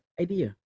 idea